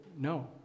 no